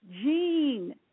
gene